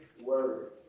Word